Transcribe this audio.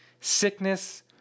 sickness